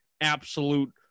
absolute